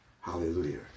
Hallelujah